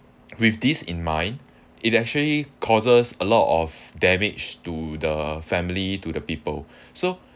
with this in mind it actually causes a lot of damage to the family to the people so